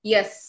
Yes